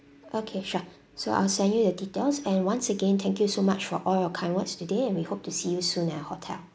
okay sure so I'll send you the details and once again thank you so much for all your kind words today and we hope to see you soon at our hotel